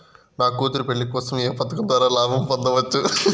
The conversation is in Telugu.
నా కూతురు పెళ్లి కోసం ఏ పథకం ద్వారా లాభం పొందవచ్చు?